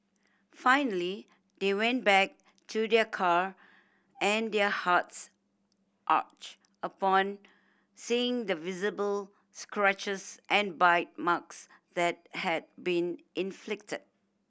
finally they went back to their car and their hearts ached upon seeing the visible scratches and bite marks that had been inflicted